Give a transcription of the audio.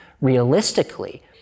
Realistically